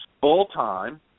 full-time